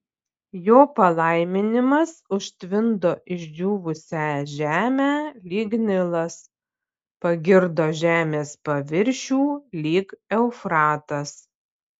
jo palaiminimas užtvindo išdžiūvusią žemę lyg nilas pagirdo žemės paviršių lyg eufratas